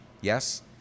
Yes